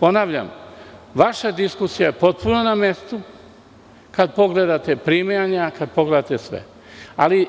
Ponavljam, vaša diskusija je potpuno na mestu kada pogledate primanja, kada pogledate sve, ali